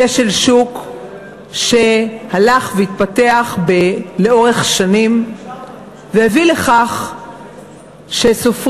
כשל שוק שהלך והתפתח לאורך שנים והביא לכך שסופרים,